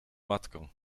matką